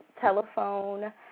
telephone